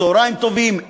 צהריים טובים,